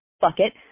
bucket